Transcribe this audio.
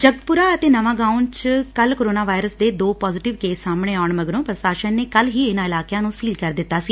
ਜਗਤਪੁਰਾ ਅਤੇ ਨਵਾਂਗਾਉ ਵਿਚ ਕੱਲੂ ਕੋਰੋਨਾ ਵਾਇਰਸ ਦੇ ਦੋ ਪਾਜ਼ੇਟਿਵ ਕੇਸ ਸਾਹਮਣੇ ਆਉਣ ਮਗਰੋ ਪੁਸ਼ਾਸਨ ਨੇ ਕੱਲੂ ਹੀ ਇਨੂਾਂ ਇਲਾਕਿਆਂ ਨੂੰ ਸੀਲ ਕਰ ਦਿਤਾ ਸੀ